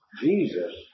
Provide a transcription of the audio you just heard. Jesus